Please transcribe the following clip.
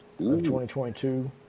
2022